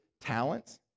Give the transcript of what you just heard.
talents